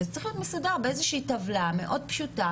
זה צריך להיות מסודר באיזושהי טבלה פשוטה